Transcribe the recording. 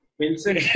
Wilson